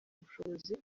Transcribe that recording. ubushobozi